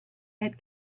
had